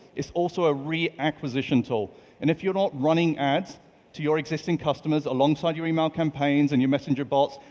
it's also a re-acquisition tool and if you're not running ads to your existing customers alongside your email campaigns and your messenger bots,